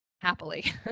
happily